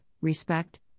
respect